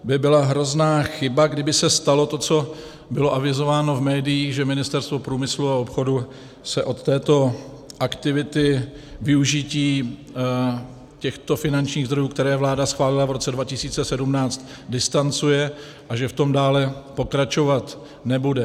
Byla by hrozná chyba, kdyby se stalo to, co bylo avizováno v médiích, že Ministerstvo průmyslu a obchodu se od této aktivity, využití těchto finančních zdrojů, které vláda schválila v roce 2017, distancuje a že v tom dále pokračovat nebude.